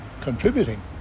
contributing